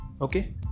Okay